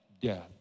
death